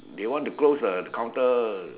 they want to close the counter